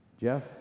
Jeff